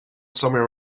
somewhere